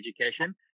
education